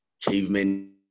cavemen